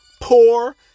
poor